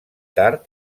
tard